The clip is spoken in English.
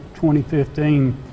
2015